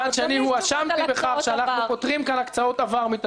הואשמתי בכך שאנחנו פוטרים כאן הקצאות עבר מתשלום,